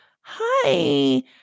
hi